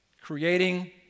creating